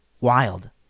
Wild